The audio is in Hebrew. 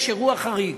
יש אירוע חריג,